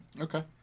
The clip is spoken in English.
Okay